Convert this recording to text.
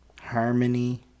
harmony